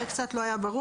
זה קצת לא היה ברור,